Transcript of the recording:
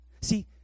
See